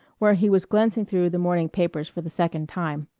where he was glancing through the morning papers for the second time.